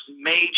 major